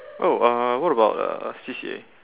oh uh what about uh C_C_A